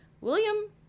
William